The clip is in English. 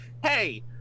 Hey